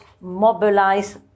mobilize